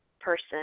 person